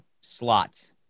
slot